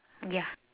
ya